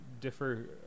differ